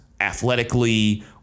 athletically